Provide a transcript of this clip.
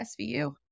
SVU